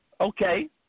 okay